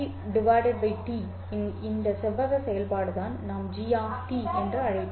t T இன் இந்த செவ்வக செயல்பாடு தான் நாம் g என்று அழைத்தோம்